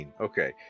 Okay